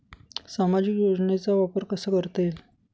सामाजिक योजनेचा वापर कसा करता येईल?